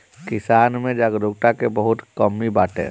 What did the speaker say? किसान में जागरूकता के बहुते कमी बाटे